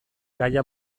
gaia